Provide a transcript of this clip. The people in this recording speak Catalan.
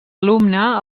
alumne